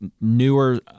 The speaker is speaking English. Newer